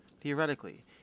theoretically